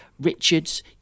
Richards